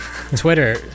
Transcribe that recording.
Twitter